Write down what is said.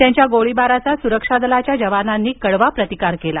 त्यांच्या गोळीबाराचा सुरक्षा दलाच्या जवानांनी कडवा प्रतिकार केला